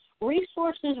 resources